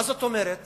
מה זאת אומרת